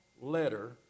letter